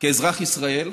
כאזרח ישראל,